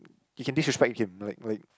you can disrespect him like like